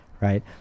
Right